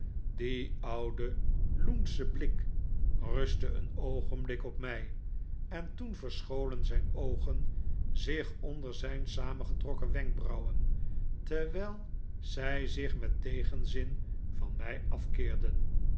die oude loensche blik rustte een oogenblik op mij en toen verscholen zijn oogen ich onder zijn samengetrokken wenkbrauwen terwijl zij zich met tegenzin van mij afkeerden